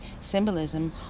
symbolism